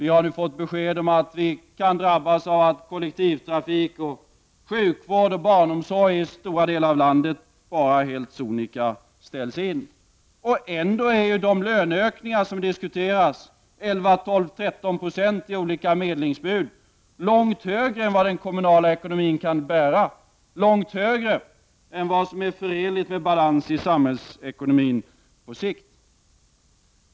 Vi har nu fått besked om att vi kan drabbas av att kollektivtrafik, sjukvård och barnomsorg i stora delar av landet helt sonika ställs in. Ändå är de löneökningar som nu diskuteras — det handlar om 11, 12, 13 2 i olika medlingsbud — långt större än vad den kommunala ekonomin kan bära och långt större än vad som är förenligt med balansen i samhällsekonomin på sikt.